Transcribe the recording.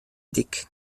dyk